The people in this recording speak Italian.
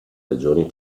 regioni